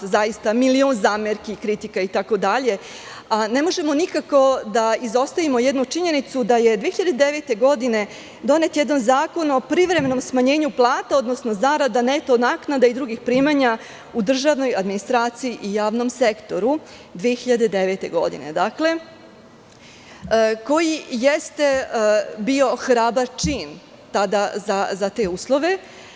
Zaista ima milion zamerki i kritika, ali ne možemo nikako da izostavimo jednu činjenicu da je 2009. godine donet jedan zakon o privremenom smanjenju plata, odnosno zarada, neto naknada i drugih primanja u državnoj administraciji i javnom sektoru, te 2009. godine, koji jeste bio hrabar čin tada za te uslove.